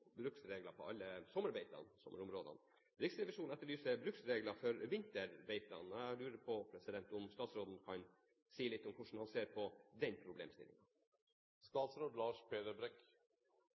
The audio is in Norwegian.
bruksregler på alle sommerbeitene, sommerområdene. Riksrevisjonen etterlyser bruksregler for vinterbeitene. Jeg lurer på om statsråden kan si litt om hvordan han ser på den